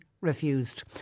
refused